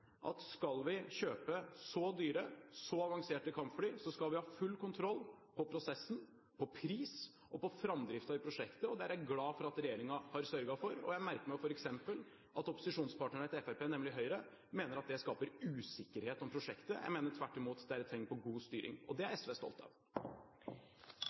at skal vi kjøpe så dyre og så avanserte kampfly, skal vi ha full kontroll på prosessen, på pris og på framdriften i prosjektet. Det er jeg glad for at regjeringen har sørget for. Jeg merker meg f.eks. at opposisjonspartneren til Fremskrittspartiet, nemlig Høyre, mener at det skaper usikkerhet om prosjektet. Jeg mener tvert imot at det er et tegn på god styring, og det er